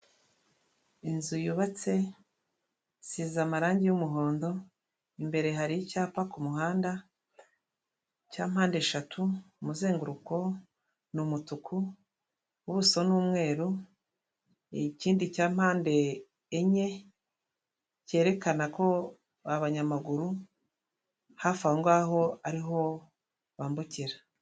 Inzu yubatse isize amarangi y'umuhondo, imbere hari icyapa ku muhanda cya mpandeshatu, umuzenguruko ni umutuku ubuso ni umweru, ikindi cya mpande enye, cyerekana ko abanyamaguru, hafi aho ngaho ariho bambukira.